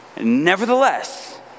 Nevertheless